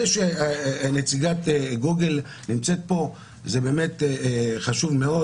זה שנציגת גוגל נמצאת פה זה באמת חשוב מאוד,